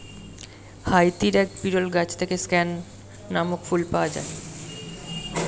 হাইতির এক বিরল গাছ থেকে স্ক্যান নামক ফুল পাওয়া যায়